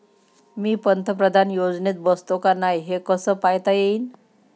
मी पंतप्रधान योजनेत बसतो का नाय, हे कस पायता येईन?